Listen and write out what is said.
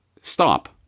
stop